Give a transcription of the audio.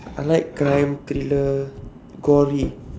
I like crime thriller gory